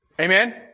Amen